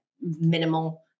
minimal